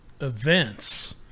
events